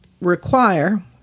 require